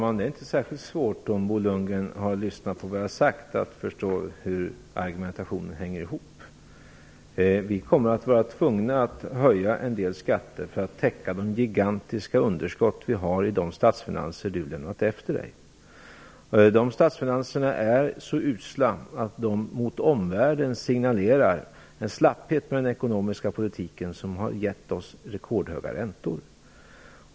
Herr talman! Om Bo Lundgren lyssnar är det inte särskilt svårt att förstå hur argumentationen hänger ihop. Vi kommer att bli tvungna att höja en del skatter för att täcka de gigantiska underskott vi har i de statsfinanser som Bo Lundgren lämnat efter sig. Dessa statsfinanser är så usla att de till omvärlden signalerar den slapphet i den ekonomiska politiken som har gett oss rekordhöga räntor.